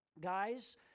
Guys